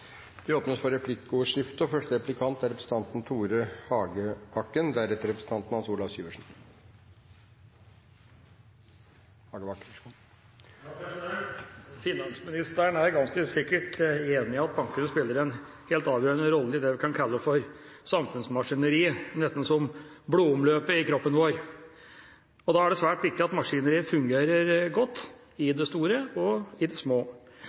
Finansministeren er ganske sikkert enig i at bankene spiller en helt avgjørende rolle i det vi kan kalle samfunnsmaskineriet. Det er nesten som blodomløpet i kroppen vår. Da er det svært viktig at maskineriet fungerer godt i det store og i det små.